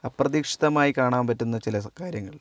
അപ്രതീക്ഷിതമായി കാണാൻ പറ്റുന്ന ചില കാര്യങ്ങൾ